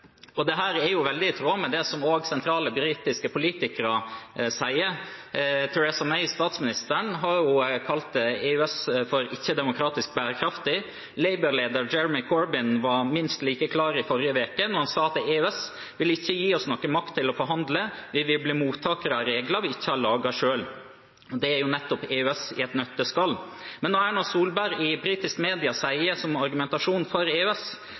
er veldig i tråd med det som sentrale britiske politikere sier. Statsminister Theresa May har jo kalt EØS for ikke demokratisk bærekraftig. Labour-leder Jeremy Corbyn var minst like klar i forrige uke da han sa: EØS vil ikke gi oss noe makt til å forhandle, vi vil bli mottakere av regler vi ikke har laget selv. Det er nettopp EØS i et nøtteskall. Men Erna Solberg sier til britiske medier som argumentasjon for EØS